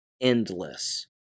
endless